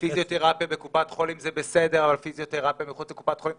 פיזיותרפיה בקופת חולים זה בסדר אבל פיזיותרפיה מחוץ לקופת חולים לא.